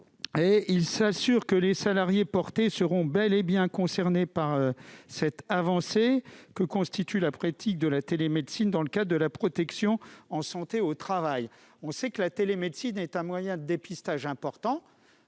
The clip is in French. en portage salarial seront bel et bien concernés par cette avancée que constitue la pratique de la télémédecine dans le cadre de la protection en santé au travail. On sait qu'il s'agit d'un moyen de dépistage important